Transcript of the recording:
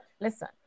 listen